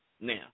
Now